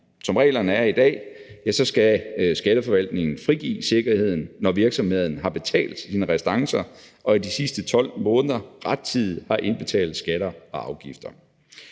Som reglerne er i dag, skal Skatteforvaltningen frigive sikkerheden, når virksomheden har betalt sine restancer og i de sidste 12 måneder rettidigt har indbetalt skatter og afgifter.